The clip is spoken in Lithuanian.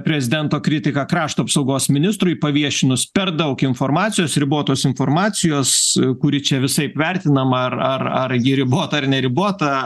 prezidento kritika krašto apsaugos ministrui paviešinus per daug informacijos ribotos informacijos kuri čia visaip vertinama ar ar ar ji ribota ar neribota